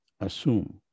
assume